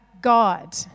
God